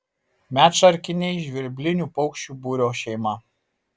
medšarkiniai žvirblinių paukščių būrio šeima